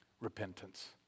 Repentance